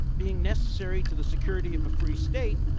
being necessary to the security of a free state,